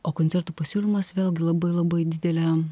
o koncertų pasiūlymas vėlgi labai labai didelė